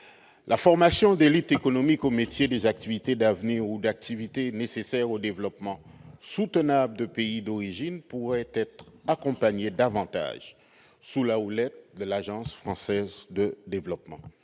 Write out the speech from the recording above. La formation d'élites économiques aux métiers d'avenir ou aux activités nécessaires au développement soutenable des pays d'origine pourrait recevoir un meilleur accompagnement sous la houlette de l'Agence française de développement.